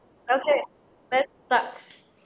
okay lets start